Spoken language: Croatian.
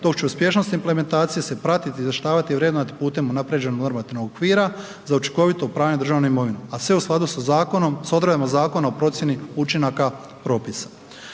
dok će uspješnog implementacije se pratiti, izvještavati i vrednovati putem unaprjeđenog normativnog okvira za učinkovito upravljanje državnom imovinom a sve u skladu sa zakonom, sa odredbama Zakona o procjeni učinaka propisa.